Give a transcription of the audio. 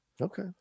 Okay